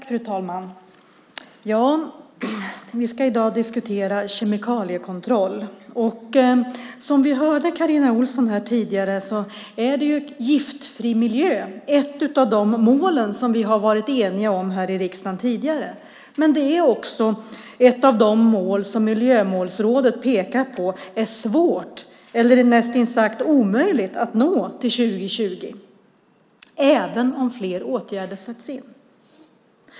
Fru talman! Vi ska i dag diskutera kemikaliekontroll. Som vi hörde Carina Ohlsson säga här tidigare är giftfri miljö ett av de mål som vi har varit eniga om här i riksdagen tidigare, men det är också ett av de mål som Miljömålsrådet pekar på är svårt, eller näst intill omöjligt, att nå till 2020, även om fler åtgärder sätts in.